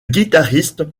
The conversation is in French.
guitariste